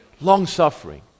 long-suffering